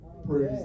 Praise